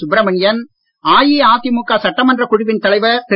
சுப்ரமணியன் அஇஅதிமுக சட்டமன்றக் குழுவின் தலைவர் திரு